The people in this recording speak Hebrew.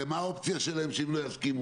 הרי מה האופציה שלהם שהם לא יסכימו,